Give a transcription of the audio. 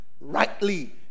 rightly